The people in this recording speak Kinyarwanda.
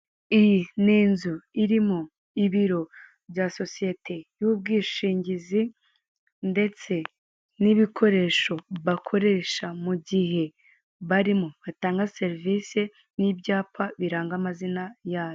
Iyi ni inzu irimo ibiro bya sosiyete y'ubwishingizi ndetse n'ibikoresho bakoresha mu gihe barimo batanga serivise n'ibyapa biranga amazina yayo.